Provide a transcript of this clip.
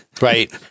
Right